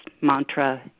mantra